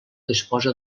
disposa